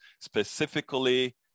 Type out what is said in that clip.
specifically